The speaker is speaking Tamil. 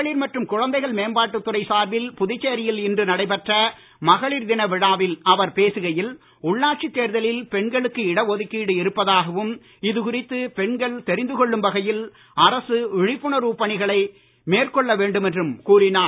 மகளிர் மற்றும் குழந்தைகள் மேம்பாட்டுத் துறை சார்பில் புதுச்சேரியில் இன்று நடைபெற்ற மகளிர் தின விழாவில் அவர் பேசுகையில் உள்ளாட்சித் தேர்தலில் பெண்களுக்கு இடஒதுக்கீடு இருப்பதாகவும் இதுகுறித்து பெண்கள் தெரிந்து கொள்ளும் வகையில் அரசு விழிப்புணர்வு பணிகளை மேற்கொள்ள வேண்டும் என்றும் கூறினார்